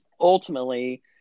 ultimately